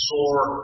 Sore